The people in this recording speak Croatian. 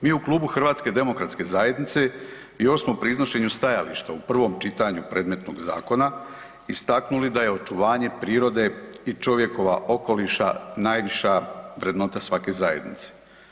Mi u klubu HDZ-u još smo pri iznošenju stajališta u prvom čitanju predmetnog zakona istaknuli da je očuvanje prirode i čovjekova okoliša najviša vrednota svake zajednice.